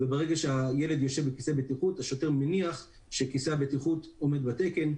וברגע שהילד יושב בכיסא בטיחות השוטר מניח שכיסא הבטיחות עומד בתקן,